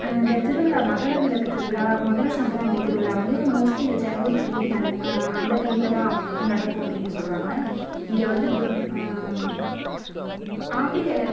இந்த திருவிழா மகரவிளக்கு திருவிழா மகர சங்கராந்தி திருவிழா வந்து மோஸ்ட்லி இந்த ஜனவரி ஃபோர்ட்டின் அ அந்த டைமில் தான் நடக்கும் அப்படினு சொல்கிறாங்க இங்கே வந்து வெவ் ஆம்பிளை